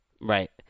Right